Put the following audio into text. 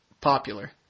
popular